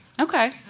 Okay